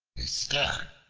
a stag,